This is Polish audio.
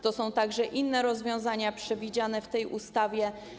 To są także inne rozwiązania przewidziane w tej ustawie.